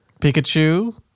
Pikachu